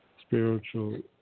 spiritual